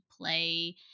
play